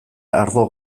ardo